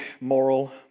moral